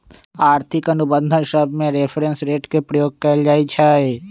आर्थिक अनुबंध सभमें रेफरेंस रेट के प्रयोग कएल जाइ छइ